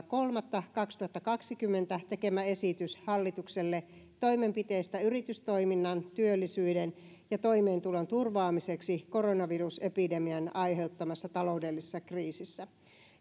kolmatta kaksituhattakaksikymmentä tekemä esitys hallitukselle toimenpiteistä yritystoiminnan työllisyyden ja toimeentulon turvaamiseksi koronavirusepidemian aiheuttamassa taloudellisessa kriisissä